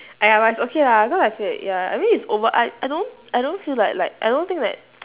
!aiya! but it's okay lah cause I feel ya I mean it's over I I don't I don't feel like like I don't think that